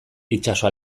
itsaso